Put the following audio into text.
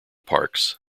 parks